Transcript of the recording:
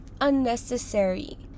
unnecessary